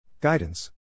Guidance